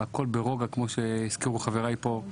הכול ברוגע, כמו שהזכירו חבריי פה.